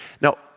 now